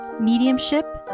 mediumship